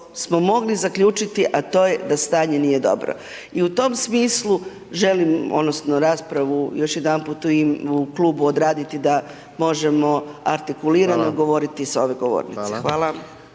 smo mogli zaključiti, a to je da stanje nije dobro. I u tom smislu, želim, odnosno, raspravu još jedanput u klubu odraditi, da možemo artikulirano govoriti s ove govornice. Hvala.